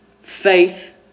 Faith